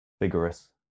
vigorous